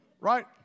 right